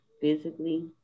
physically